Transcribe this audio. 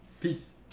Peace